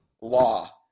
law